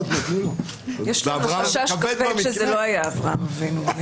יש לנו חשש כבד שזה לא היה אברהם אבינו.